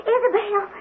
Isabel